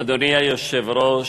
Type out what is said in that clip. אדוני היושב-ראש,